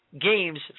games